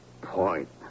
point